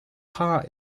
heart